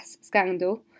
scandal